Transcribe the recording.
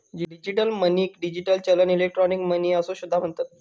digital मनीक digital चलन, electronic money असो सुद्धा म्हणतत